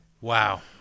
Wow